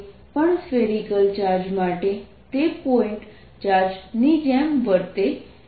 કોઈ પણ spherical charge માટે તે પોઇન્ટ ચાર્જ ની જેમ વર્તે છે